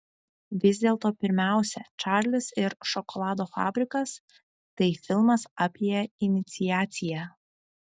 vis dėlto pirmiausia čarlis ir šokolado fabrikas tai filmas apie iniciaciją